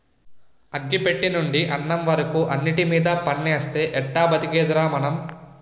అగ్గి పెట్టెనుండి అన్నం వరకు అన్నిటిమీద పన్నేస్తే ఎట్టా బతికేదిరా మనం?